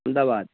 Ahmedabad